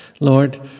Lord